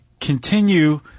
continue